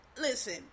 listen